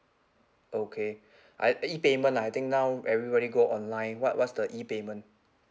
okay uh E payment lah I think now everybody go online what what's the E payment